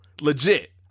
Legit